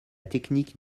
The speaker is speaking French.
technique